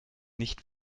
nicht